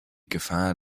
gefahr